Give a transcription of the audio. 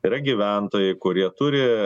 yra gyventojai kurie turi